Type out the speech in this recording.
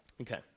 Okay